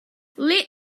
let